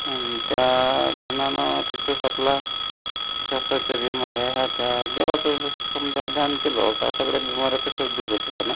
आणि त्या ध्यानानं तिथंच आपला श्वासाच्या बीमाऱ्या ह्या त्या देवाचंच समजा ध्यान केलं का सगळे बीमाऱ्या तशाच दूर होते बा ना